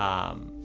um,